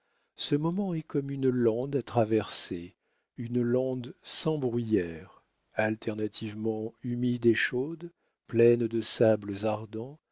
ce moment est comme une lande à traverser une lande sans bruyères alternativement humide et chaude pleine de sables ardents